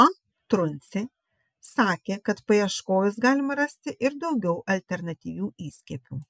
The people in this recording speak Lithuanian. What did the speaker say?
a truncė sakė kad paieškojus galima rasti ir daugiau alternatyvių įskiepių